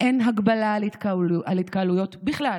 אין הגבלה על התקהלויות בכלל